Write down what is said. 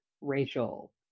Rachel